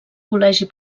col·legi